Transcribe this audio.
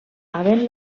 havent